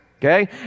Okay